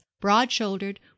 broad-shouldered